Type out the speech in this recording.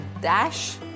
dash